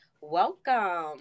Welcome